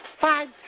five